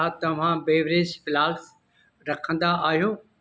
छा तव्हां beverage flask रखंदा आहियो